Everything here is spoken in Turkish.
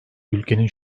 ülkenin